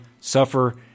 suffer